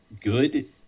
good